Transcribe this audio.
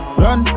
run